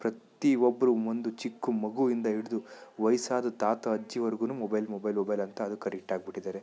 ಪ್ರತಿಯೊಬ್ರು ಒಂದು ಚಿಕ್ಕ ಮಗುವಿಂದ ಹಿಡಿದು ವಯಸ್ಸಾದ ತಾತ ಅಜ್ಜಿವರೆಗೂ ಮೊಬೈಲ್ ಮೊಬೈಲ್ ಮೊಬೈಲ್ ಅಂತ ಅದಕ್ಕೆ ಅಡಿಕ್ಟ್ ಆಗಿಬಿಟ್ಟಿದ್ದಾರೆ